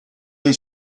dei